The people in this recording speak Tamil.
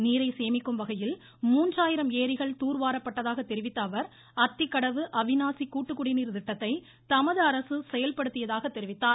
நீரை சேமிக்கும் வகையில் மூன்றாயிரம் ஏரிகள் தூர்வாரப்பட்டதாக தெரிவித்த அவர் அத்திக்கடவு அவிநாசி கூட்டுக்குடிநீர் திட்டத்தை தமது அரசு செயல்படுத்தியதாக தெரிவித்தார்